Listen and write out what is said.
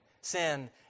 sin